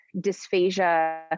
dysphagia